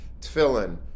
Tefillin